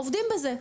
עובדים בזה.